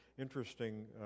interesting